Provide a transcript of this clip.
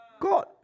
God